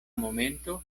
momento